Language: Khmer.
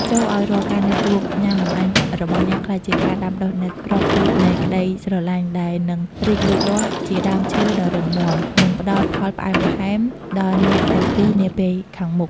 ចូរឱ្យរាល់ការណាត់ជួបញ៉ាំបង្អែមរបស់អ្នក ក្លាយជាការដាំដុះនូវគ្រាប់ពូជនៃក្ដីស្រឡាញ់ ដែលនឹងរីកលូតលាស់ជាដើមឈើដ៏រឹងមាំ និងផ្ដល់ផលផ្អែមល្ហែមដល់អ្នកទាំងពីរនាពេលខាងមុខ។